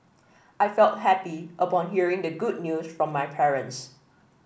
I felt happy upon hearing the good news from my parents